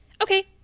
Okay